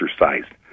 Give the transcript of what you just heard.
exercised